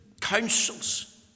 councils